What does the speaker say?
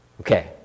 Okay